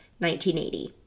1980